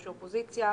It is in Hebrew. ראש האופוזיציה,